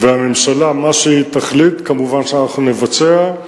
והממשלה, מה שהיא תחליט, מובן שאנחנו נבצע.